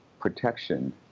protection